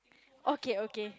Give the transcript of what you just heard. okay okay